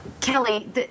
kelly